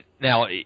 now